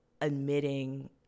admitting